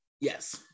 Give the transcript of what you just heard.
yes